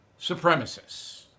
supremacists